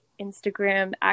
Instagram